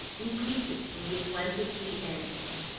increases from the atlantic to the andes.